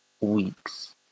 weeks